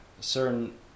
certain